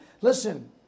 Listen